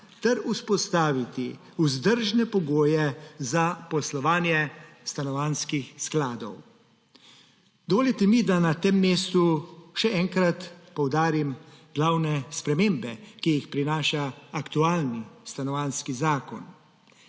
ter vzpostaviti vzdržne pogoje za poslovanje Stanovanjskih skladov. Dovolite mi, da na tem mestu še enkrat poudarim glavne spremembe, ki jih prinaša aktualni Stanovanjski zakon.